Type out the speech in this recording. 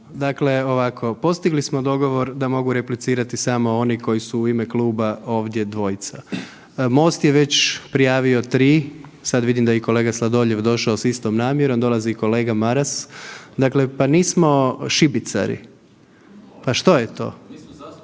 Dakle ovako, postigli smo dogovor da mogu replicirati samo oni koji su u ime kluba ovdje dvojica. MOST je već prijavio 3, sad vidi da je i kolega Sladoljev došao s istom namjerom, dolazi i kolega Maras. Dakle, pa nismo šibicari, pa što je to? Pa što,